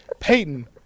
Peyton